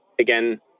Again